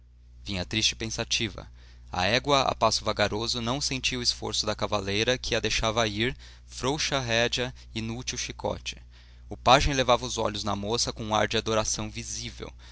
vinha triste e pensativa a égua a passo vagaroso não sentia o esforço da cavaleira que a deixava ir frouxa a rédea inútil o chicote o pajem levava os olhos na moça com um ar de adoração visível